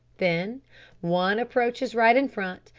then one approaches right in front,